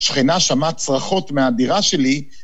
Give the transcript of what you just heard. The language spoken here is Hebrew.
שכנה שמעה צרחות מהדירה שלי